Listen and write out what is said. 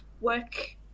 work